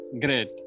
great